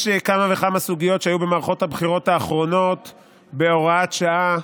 יש כמה וכמה סוגיות שהיו במערכות הבחירות האחרונות בהוראת שעה,